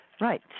Right